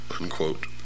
unquote